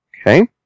Okay